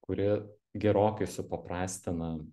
kuri gerokai supaprastina